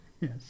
Yes